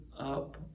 up